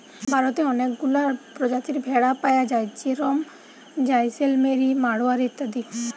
ভারতে অনেকগুলা প্রজাতির ভেড়া পায়া যায় যেরম জাইসেলমেরি, মাড়োয়ারি ইত্যাদি